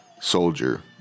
soldier